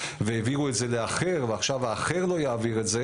והעבירו את זה לאחר ועכשיו האחר לא יעביר את זה